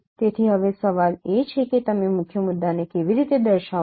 તેથી હવે સવાલ એ છે કે તમે મુખ્ય મુદ્દાને કેવી રીતે દર્શાવશો